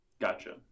gotcha